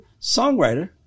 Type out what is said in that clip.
Songwriter